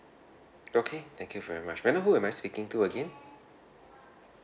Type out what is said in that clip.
okay thank you very much may I know who am I speaking to again